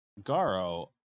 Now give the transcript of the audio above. garo